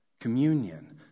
Communion